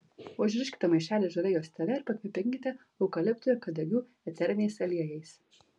užriškite maišelį žalia juostele ir pakvepinkite eukaliptų ir kadagių eteriniais aliejais